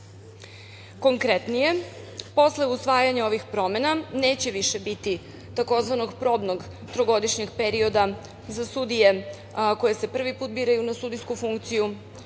sudstva. Konkretnije, posle usvajanja ovih promena neće više biti tzv. „probnog trogodišnjeg perioda“ za sudije koje se prvi put biraju na sudijsku funkciju.